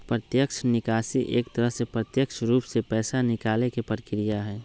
प्रत्यक्ष निकासी एक तरह से प्रत्यक्ष रूप से पैसा निकाले के प्रक्रिया हई